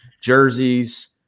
jerseys